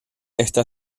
está